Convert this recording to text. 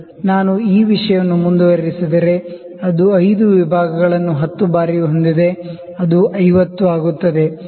ನಾನು ಈ ವಿಷಯವನ್ನು ಮುಂದುವರಿಸಿದರೆ ಅದು 5 ವಿಭಾಗಗಳನ್ನು 10 ಬಾರಿ ಹೊಂದಿದೆ ಅದು 50 ಆಗುತ್ತದೆ